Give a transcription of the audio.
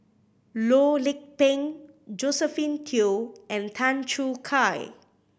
Loh Lik Peng Josephine Teo and Tan Choo Kai